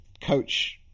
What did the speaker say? coach